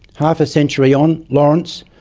half a century on, lawrence,